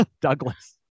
Douglas